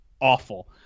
awful